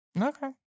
okay